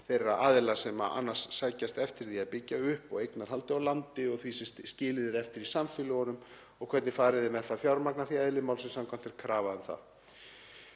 þeirra aðila sem annars sækjast eftir því að byggja upp og eignarhalds á landi og því sem skilið er eftir í samfélögunum og hvernig farið er með það fjármagn, af því að eðli málsins samkvæmt er krafa um það.